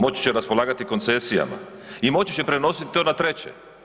Moći će raspolagati koncesijama i moći će prenositi to na treće.